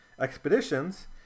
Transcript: expeditions